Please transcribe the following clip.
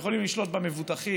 הם יכולים לשלוט במבוטחים.